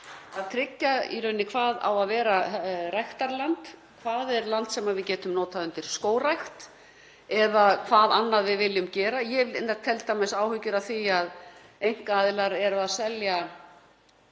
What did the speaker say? að ákveða í rauninni hvað eigi að vera ræktarland, hvað er land sem við getum notað undir skógrækt eða hvað annað við viljum gera. Ég hef t.d. áhyggjur af því að einkaaðilar eru að selja